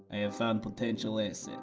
i have found potential asset.